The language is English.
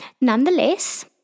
nonetheless